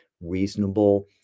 reasonable